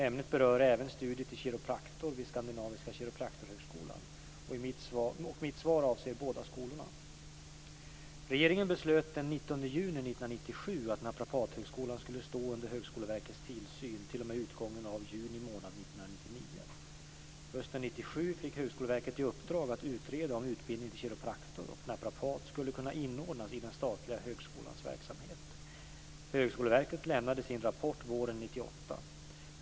Ämnet berör även studier till kiropraktor vid Skandinaviska Kiropraktorhögskolan, och mitt svar avser båda skolorna. fick Högskoleverket i uppdrag att utreda om utbildning till kiropraktor och naprapat skulle kunna inordnas i den statliga högskolans verksamhet. Högskoleverket lämnade sin rapport våren 1998.